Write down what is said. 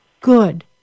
good